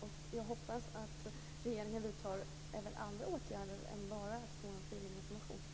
Jag hoppas att regeringen vidtar även andra åtgärder än att bara ge en fyllig information.